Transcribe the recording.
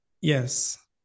yes